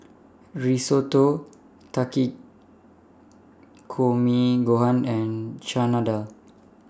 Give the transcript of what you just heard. Risotto Takikomi Gohan and Chana Dal